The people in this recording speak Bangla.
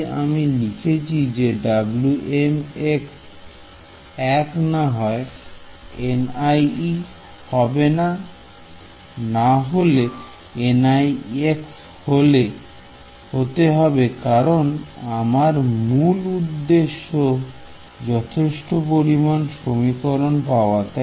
তাই আমি লিখেছি যে Wm এক নাহয় হবে না হলে একটি হবে কারণ আমার মূল উদ্দেশ্য যথেষ্ট পরিমান সমীকরণ পাওয়া